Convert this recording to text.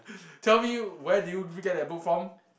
tell me where do you get that book from